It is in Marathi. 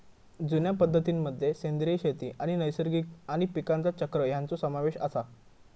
जुन्या पद्धतीं मध्ये सेंद्रिय शेती आणि नैसर्गिक आणि पीकांचा चक्र ह्यांचो समावेश आसा